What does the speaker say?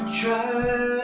try